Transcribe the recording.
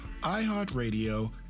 iHeartRadio